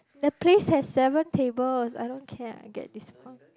the place has seven tables I don't care I get this point